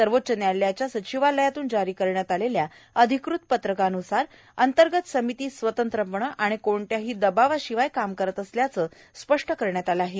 सर्वोच्च न्यायालयाच्या सचिवालयातून जारी करण्यात आलेल्या अधिकृत पत्रकानूसार अंतर्गत समिती स्वतंत्रपणे आणि कोणत्याही दबावाशिवाय काम करत असल्याचं स्पष्ट करण्यात आलं आहे